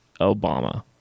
Obama